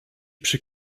przy